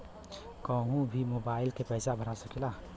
कन्हू भी मोबाइल के पैसा भरा सकीला?